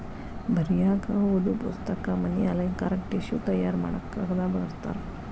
ಬರಿಯಾಕ ಓದು ಪುಸ್ತಕ, ಮನಿ ಅಲಂಕಾರಕ್ಕ ಟಿಷ್ಯು ತಯಾರ ಮಾಡಾಕ ಕಾಗದಾ ಬಳಸ್ತಾರ